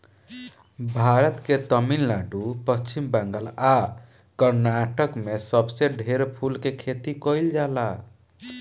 भारत के तमिलनाडु, पश्चिम बंगाल आ कर्नाटक में सबसे ढेर फूल के खेती कईल जाला